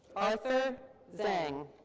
arthur zhang.